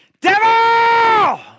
Devil